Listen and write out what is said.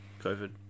covid